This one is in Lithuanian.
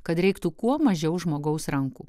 kad reiktų kuo mažiau žmogaus rankų